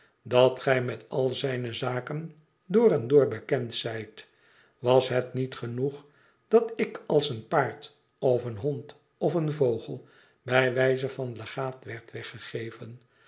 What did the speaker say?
dat j met al zijne zaken door en door bekend zijt was het niet genoeg dat ik als een paard of een hond of een vogel bij wijze van legaat werd weggegeven